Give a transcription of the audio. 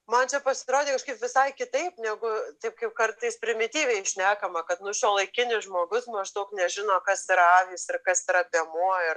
man čia pasirodė kažkaip visai kitaip negu taip kartais primityviai šnekama kad nu šiuolaikinis žmogus maždaug nežino kas yra avys ir kas yra piemuo